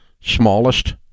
smallest